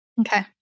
Okay